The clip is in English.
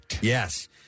Yes